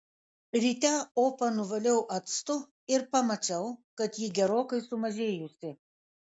ryte opą nuvaliau actu ir pamačiau kad ji gerokai sumažėjusi